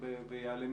ויעלה,